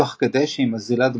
תוך כדי שהיא מזילה דמעות,